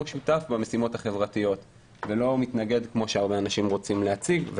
שותף במשימות החברתיות ולא מתנגד כמו שאנשים רבים רוצים להציג,